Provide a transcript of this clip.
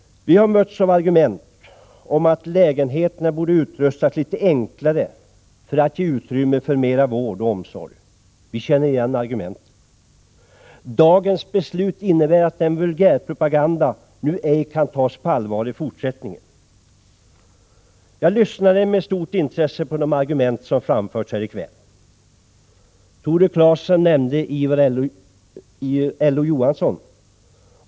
Vi har mötts av argumentet att lägenheterna borde utrustas litet enklare för att ge utrymme för mera vård och omsorg — vi känner igen detta argument. Dagens beslut innebär att den vulgärpropagandan ej kan tas på allvar i fortsättningen. Jag har lyssnat med stort intresse på de argument som har framförts här i kväll. Tore Claeson nämnde Ivar Lo-Johansson.